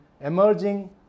Emerging